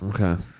Okay